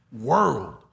world